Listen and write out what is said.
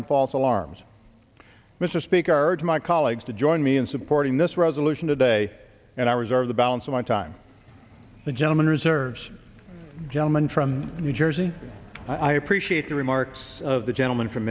and false alarms mr speaker to my colleagues to join me in supporting this resolution today and i reserve the balance of my time the gentleman reserves gentleman from new jersey i appreciate the remarks of the gentleman from